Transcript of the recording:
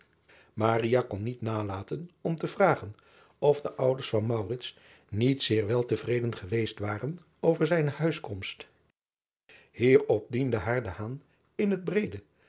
kon niet nalaten om te vragen of de ouders van niet zeer wel te vreden geweest waren over zijne te huiskomst ierop diende haar in het breede